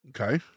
okay